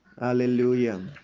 Hallelujah